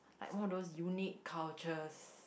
like all those unique cultures